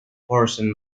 portion